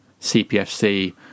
CPFC